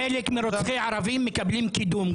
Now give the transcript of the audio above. חלק מרוצחי ערבים מקבלים קידום,